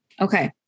Okay